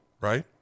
right